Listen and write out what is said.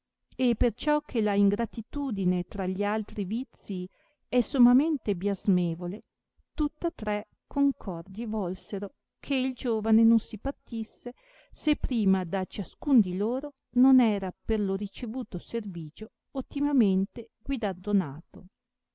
e perciò che la ingratitudine tra gli altri vizii è sommamente biasmevole tutta tre concordi volsero che giovane non si partisse se prima da ciascun di loro non era per lo ricevuto servigio ottimamente guidardonato